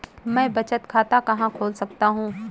मैं बचत खाता कहाँ खोल सकता हूँ?